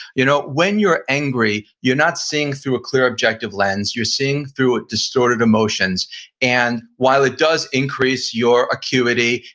you know when you're angry you're not seeing through a clear objective lens, you're seeing through a distorted emotions and while it does increase your acuity,